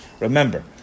Remember